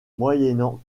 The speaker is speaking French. moyennant